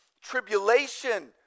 tribulation